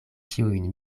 ĉiujn